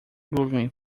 googling